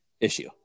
issue